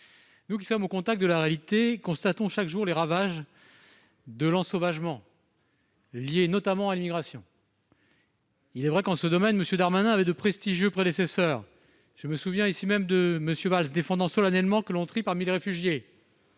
Nous qui sommes au contact de la réalité constatons chaque jour les ravages de l'ensauvagement, notamment lié à l'immigration. Il est vrai qu'en ce domaine M. Darmanin avait de prestigieux prédécesseurs ... Je me souviens, ici même, de M. Manuel Valls défendant solennellement que l'on trie parmi les réfugiés.